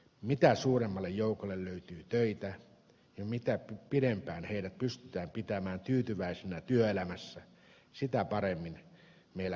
mitä suuremmalle joukolle töitä mitä pidempään heidät pystytään pitämään tyytyväisinä työelämässä sitä paremmin meillä